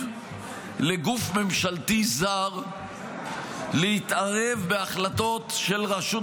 לגוף ממשלתי זר להתערב בהחלטות של הרשות